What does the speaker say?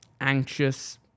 anxious